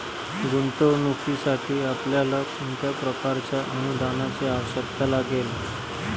गुंतवणुकीसाठी आपल्याला कोणत्या प्रकारच्या अनुदानाची आवश्यकता लागेल?